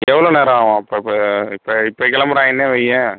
எவ்வளோ நேரம் ஆகும் அப்போ இப்போ இப்போ இப்போ கிளம்புறாய்ங்கன்னே வையேன்